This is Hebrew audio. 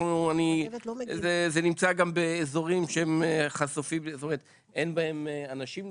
זה גם נמצא באזורים שאין בהם אנשים נוספים.